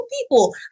people